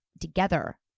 together